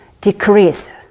decrease